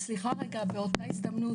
באותה הזדמנות,